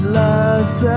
loves